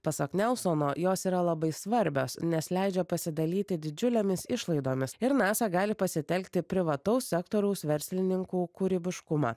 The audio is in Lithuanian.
pasak nelsono jos yra labai svarbios nes leidžia pasidalyti didžiulėmis išlaidomis ir nasa gali pasitelkti privataus sektoriaus verslininkų kūrybiškumą